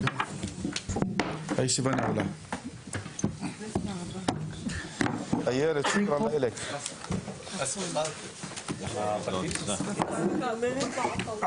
הישיבה ננעלה בשעה 14:17.